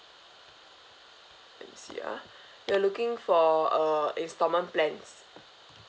let me see ah you are looking for uh instalment plans